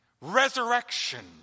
Resurrection